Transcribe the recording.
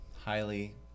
highly